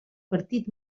partit